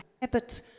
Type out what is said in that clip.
habit